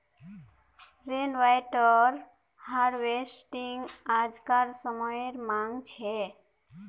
rain water harvesting आज्कार समयेर मांग छे